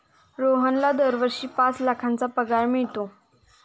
रोहनला दरवर्षी पाच लाखांचा पगार मिळतो